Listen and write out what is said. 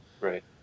Right